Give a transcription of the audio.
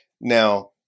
Now